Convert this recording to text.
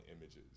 images